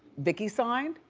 vicki signed,